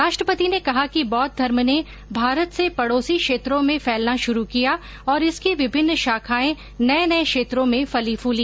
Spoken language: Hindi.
राष्ट्रपति ने कहा कि बौद्ध धर्म ने भारत से पडोसी क्षेत्रों में फैलना शुरू किया और इसकी विभिन्न शाखाएं नये नये क्षेत्रों में फली फूली